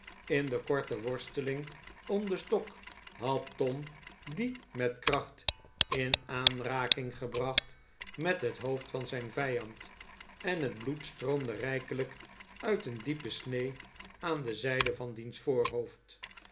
in de korte worsteling om den stok had tom dien met kracht in aanraking gebracht met het hoofd van zijn vijand en het bloed stroomde rijkelijk uit een diepe snee aan de zijde van diens voorhoofd